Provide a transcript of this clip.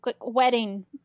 wedding